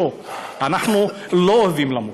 אנחנו לא אוהבים למות,